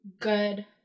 good